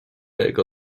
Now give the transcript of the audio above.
jego